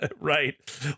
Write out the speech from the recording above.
Right